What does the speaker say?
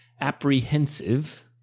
apprehensive